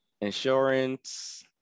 Insurance